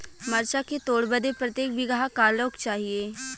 मरचा के तोड़ बदे प्रत्येक बिगहा क लोग चाहिए?